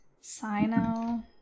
Sino